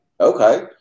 Okay